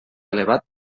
elevat